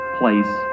place